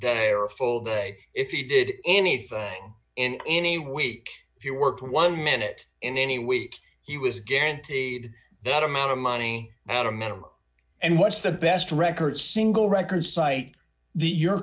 day or full day if he did anything in any week if you worked one minute in any week he was guaranteed that amount of money at a minimum and what's the best record single record site the your